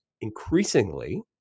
increasingly